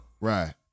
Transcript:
Right